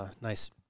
nice